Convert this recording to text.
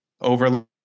over